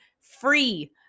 free